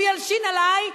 הוא ילשין עלי,